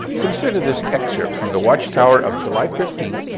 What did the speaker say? consider this excerpt from the watchtower of july fifteen,